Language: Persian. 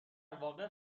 واقع